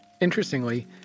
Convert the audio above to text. Interestingly